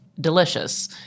delicious